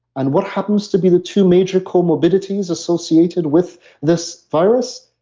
and what happens to be the two major comorbidities associated with this virus,